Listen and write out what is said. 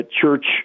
church